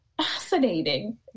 fascinating